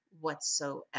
whatsoever